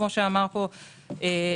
כפי שאמר פה חברי,